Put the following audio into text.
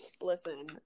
Listen